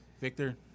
Victor